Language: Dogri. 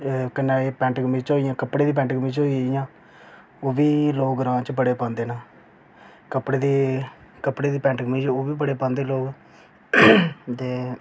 ते कन्नै एह् पैंट कमीजां होई गेइयां कपड़े दी पैंट कमीज होई गेइयां ओह् बी लोग ग्रांऽ च बड़े पांदे न कपड़े दी कपड़े दी पैंट कमीज ओह् बी बड़े पांदे लोक ते